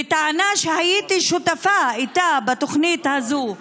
וטענה שהייתי שותפה איתה בתוכנית הזאת.